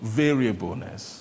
variableness